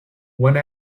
one